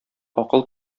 акыл